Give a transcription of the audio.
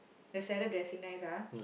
the salad dressing nice ah